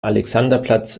alexanderplatz